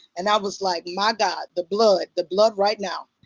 and i was like. my god. the blood. the blood right now.